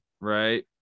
right